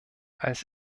als